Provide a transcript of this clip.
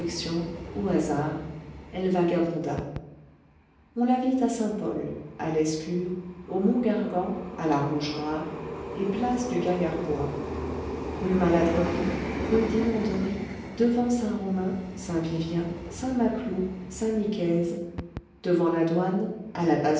au hasard elle vagabonda on la vit à saint-pol à lescure au mont gargan à la rouge mare et place du gaillard bois rue maladrerie rue dinanderie devant saint romain saint vivien saint maclou saint nicaise devant la douane à la basse